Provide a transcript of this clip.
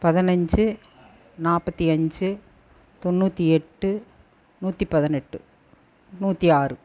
பதினைஞ்சி நாற்பத்தி அஞ்சு தொண்ணூற்று எட்டு நூற்றி பதினெட்டு நூற்றி ஆறு